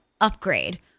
upgrade